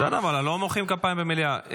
בסדר, אבל לא מוחאים כפיים במליאה.